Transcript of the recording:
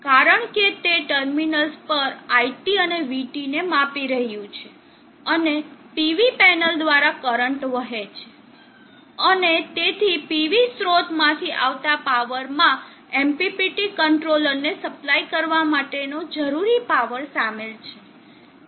કારણ કે તે ટર્મિનલ્સ પર iT અને vT ને માપી રહ્યું છે અને PV પેનલ દ્વારા કરંટ વહે છે અને તેથી PV સ્રોતમાંથી આવતા પાવરમાં MPPT કંટ્રોલરને સપ્લાય કરવા માટેનો જરૂરી પાવર શામેલ છે